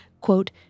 quote